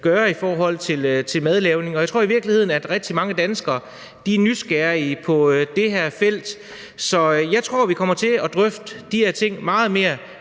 gøre i forhold til madlavning, og jeg tror i virkeligheden, at rigtig mange danskere er nysgerrige på det her felt. Så jeg tror, at vi kommer til at drøfte de her ting meget mere,